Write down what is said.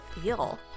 feel